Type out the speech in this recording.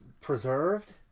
Preserved